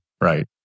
Right